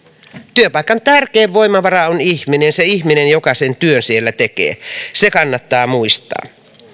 työpaikan tärkein voimavara on ihminen se ihminen joka sen työn siellä tekee se kannattaa muistaa